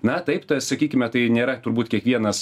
na taip sakykime tai nėra turbūt kiekvienas